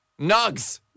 Nugs